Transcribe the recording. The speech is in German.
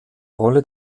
rolle